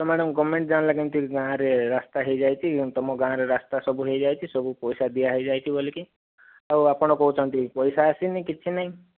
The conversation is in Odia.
ତ ମ୍ୟାଡ଼ାମ ଗଭର୍ଣ୍ଣମେଣ୍ଟ ଜାଣିଲା କେମିତି ଗାଁରେ ରାସ୍ତା ହୋଇଯାଇଛି ତୁମ ଗାଁରେ ରାସ୍ତା ସବୁ ହୋଇଯାଇଛି ସବୁ ପଇସା ଦିଆ ହୋଇଯାଇଛି ବୋଲିକି ଆଉ ଆପଣ କହୁଛନ୍ତି ପଇସା ଆସିନି କିଛି ନାଇଁ